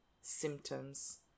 symptoms